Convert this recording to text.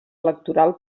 electoral